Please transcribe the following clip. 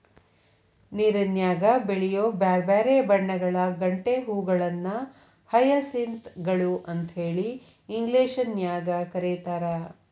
ನೇರನ್ಯಾಗ ಬೆಳಿಯೋ ಬ್ಯಾರ್ಬ್ಯಾರೇ ಬಣ್ಣಗಳ ಗಂಟೆ ಹೂಗಳನ್ನ ಹಯಸಿಂತ್ ಗಳು ಅಂತೇಳಿ ಇಂಗ್ಲೇಷನ್ಯಾಗ್ ಕರೇತಾರ